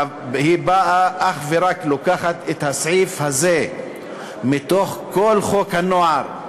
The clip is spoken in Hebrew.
היא באה ולוקחת אך ורק את הסעיף הזה מתוך כל חוק הנוער,